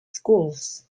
schools